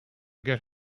get